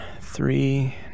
three